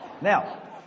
Now